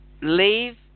leave